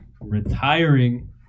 Retiring